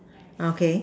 okay